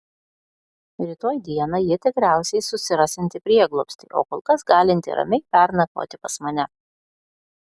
rytoj dieną ji tikriausiai susirasianti prieglobstį o kol kas galinti ramiai pernakvoti pas mane